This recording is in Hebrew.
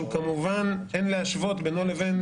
שכמובן שאין להשוות בינו לבין